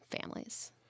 families